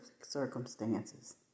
circumstances